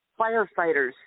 firefighters